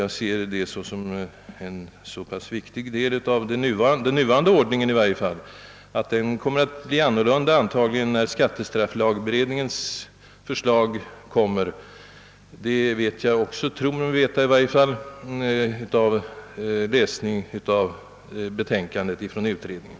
Jag ser den som en viktig del av den nuvarande kontrollordningen, även om jag efter läsningen av skattestrafflagutredningens betänkande vet — eller i varje fall tror mig veta — att denna kommer att ändras när utredningens förslag genomförs.